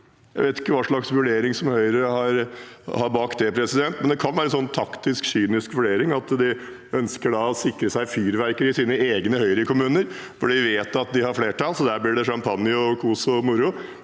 Jeg vet ikke hva slags vurdering Høyre har bak det, men det kan være en taktisk og kynisk vurdering ved at de ønsker å sikre seg fyrverkeri i sine egne Høyre-kommuner, hvor de vet at de har flertall. Der blir det sjampanje og kos og moro,